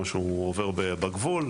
או שהוא עובר בגבול,